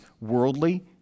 worldly